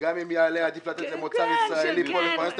וגם אם יעלה עדיף לתת למוצר ישראלי פה לפרנס את